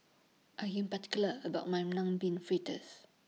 I Am particular about My Mung Bean Fritters